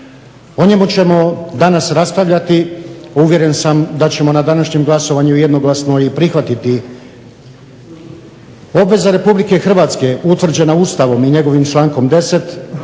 O njemu ćemo danas raspravljati. Uvjeren sam da ćemo na današnjem glasovanju jednoglasno i prihvatiti. Obveza Republike Hrvatske utvrđena Ustavom i njegovim člankom 10.